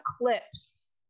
Eclipse